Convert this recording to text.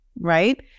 right